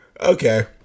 Okay